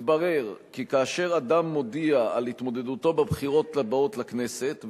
התברר כי כאשר אדם מודיע על התמודדותו בבחירות הבאות לכנסת,